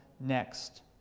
next